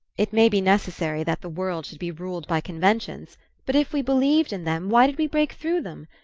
it may be necessary that the world should be ruled by conventions but if we believed in them, why did we break through them?